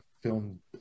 film